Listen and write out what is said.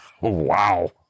Wow